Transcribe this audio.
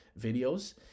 videos